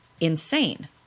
insane